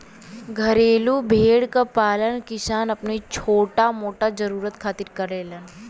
घरेलू भेड़ क पालन किसान अपनी छोटा मोटा जरुरत खातिर करेलन